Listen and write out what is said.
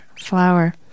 flower